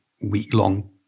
week-long